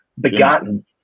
begotten